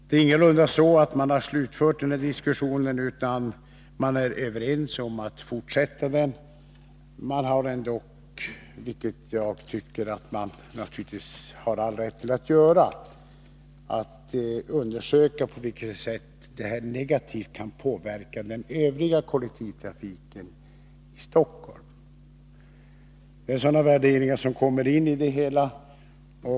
Det är ingalunda så att de här diskussionerna har slutförts; man är överens om att fortsätta dem. Man avser ändock, vilket jag tycker att man naturligtvis har all rätt att göra, att undersöka på vilket sätt dessa åtgärder skulle kunna påverka den övriga kollektivtrafiken i Stockholm negativt. Det är sådana värderingar som kommer in i bedömningarna.